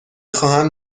خواهم